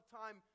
time